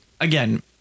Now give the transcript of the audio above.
again